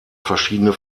verschiedene